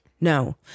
No